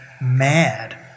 mad